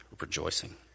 rejoicing